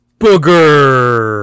Booger